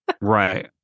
Right